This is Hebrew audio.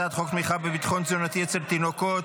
אני קובע כי הצעת חוק תמיכה בביטחון תזונתי אצל תינוקות,